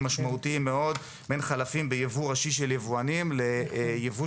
משמעותיים מאוד בין חלפים ביבוא ראשי של יבואנים ליבוא